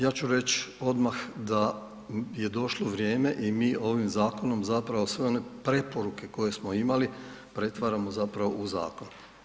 Ja ću reć odmah da je došlo vrijeme i mi ovim zakonom zapravo sve one preporuke koje smo imali, pretvaramo zapravo u zakon.